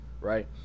right